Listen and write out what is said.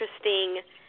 interesting